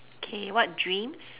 K what dreams